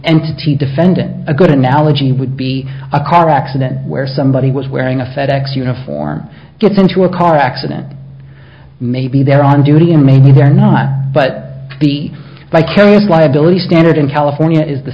entity defendant a good analogy would be a car accident where somebody was wearing a fed ex uniform gets into a car accident maybe they're on duty and maybe they're not but the bi curious liability standard in california is the